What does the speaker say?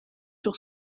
sur